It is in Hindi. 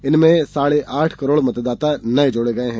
इनमें साढ़े आठ करोड़ मतदाता नये जोड़े गये हैं